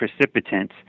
precipitants